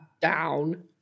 down